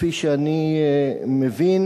כפי שאני מבין,